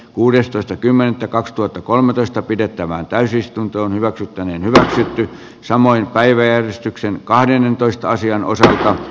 kuudestoista kymmenettä kaksituhattakolmetoista pidettävään täysistunto hyväksyttäneen hyväksyttiin samoin päiväjärjestykseen kahdennentoista sijan osa